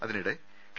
അതിനിടെ കെ